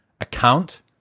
account